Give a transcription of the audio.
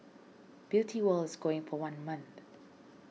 Beauty World is going for one month